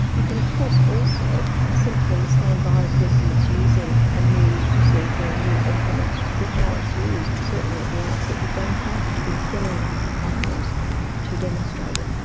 you can of course also simply stand by a person that's using a new procedure or a new implement, see how it is used. certainly at the outset you don't have to be killing animals to demonstrate it.